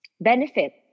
benefit